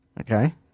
Okay